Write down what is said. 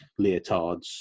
leotards